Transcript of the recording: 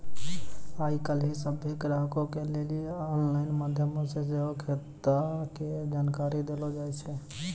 आइ काल्हि सभ्भे ग्राहको के लेली आनलाइन माध्यमो से सेहो खाता के जानकारी देलो जाय छै